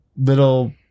little